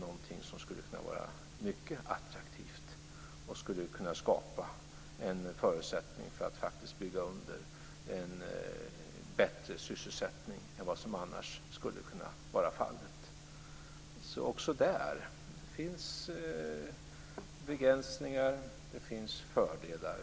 Det skulle kunna vara mycket attraktivt och skulle kunna skapa förutsättningar för att faktiskt bygga under en bättre sysselsättning än vad som annars skulle kunna bli fallet. Också där finns det alltså begränsningar och fördelar.